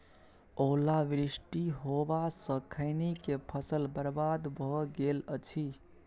ओला वृष्टी होबा स खैनी के फसल बर्बाद भ गेल अछि?